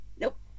Nope